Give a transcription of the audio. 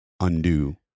undo